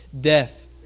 death